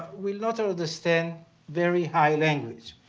will not understand very high language,